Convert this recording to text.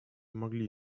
могли